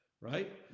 right